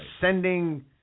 sending